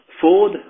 Ford